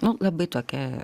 nu labai tokia